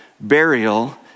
burial